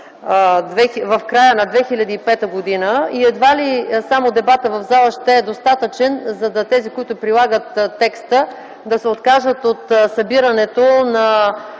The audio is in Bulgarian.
в края на 2005 г. и едва ли само дебатът в зала ще е достатъчен за тези, които предлагат текста, да се откажат от събирането на